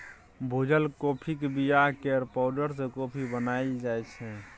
भुजल काँफीक बीया केर पाउडर सँ कॉफी बनाएल जाइ छै